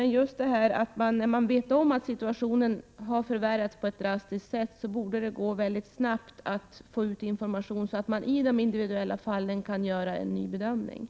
När det är känt att situationen har förvärrats på ett drastiskt sätt borde det mycket snabbt gå ut information, så att det kan göras en ny bedömning i de individuella fallen.